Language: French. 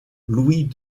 louis